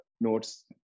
notes